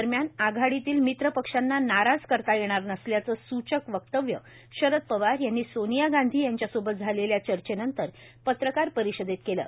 दरम्यान आघाडीतल्या मित्र पक्षांना नाराज करता येणार नसल्याचं स्चक वक्तव्य शरद पवार यांनी सोनिया गांधी यांच्यासोबत झालेल्या चर्चेनंतर पत्रकार परिषदेत केलं